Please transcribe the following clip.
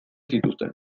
zituzten